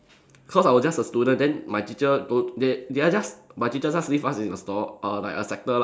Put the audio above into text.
cause I was just a student then my teacher told they they are just my teacher just leave us in a store err like a sector lah